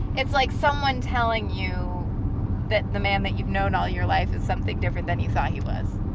it's like someone telling you that the man that you've known all your life is something different than you thought he was.